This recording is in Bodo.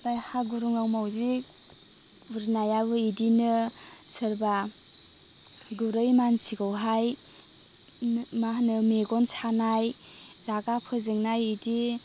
ओमफ्राय हा गुरुङाव माउजि बुरनायाबो इदिनो सोरबा गुरै मानसिखौहाय मा होनो मेगन सानाय रागा फोजोंनाय इदि